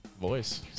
voice